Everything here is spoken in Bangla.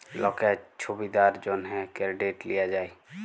লকের ছুবিধার জ্যনহে কেরডিট লিয়া যায়